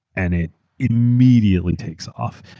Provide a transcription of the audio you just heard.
and it immediately takes off.